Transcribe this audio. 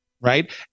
right